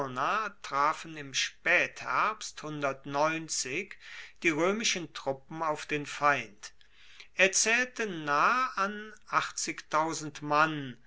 trafen im spätherbst die roemischen truppen auf den feind er zaehlte nahe an mann